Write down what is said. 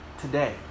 today